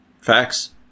facts